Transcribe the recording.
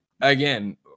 again